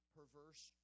perverse